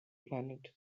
planet